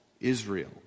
Israel